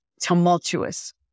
tumultuous